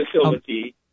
facility